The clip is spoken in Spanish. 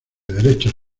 derechos